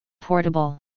Portable